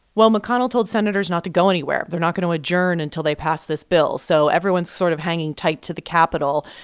well, mcconnell told senators senators not to go anywhere. they're not going to adjourn until they pass this bill, so everyone's sort of hanging tight to the capitol.